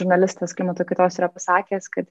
žurnalistas klimato kaitos yra pasakęs kad